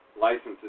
licenses